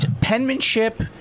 penmanship